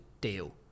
deal